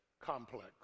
complex